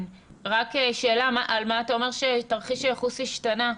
כן, רק שאלה, אתה אומר שתרחיש הייחוס השתנה,